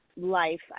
life